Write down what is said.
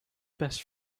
best